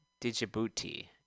Djibouti